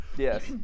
yes